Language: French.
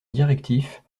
directif